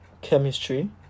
chemistry